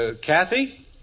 Kathy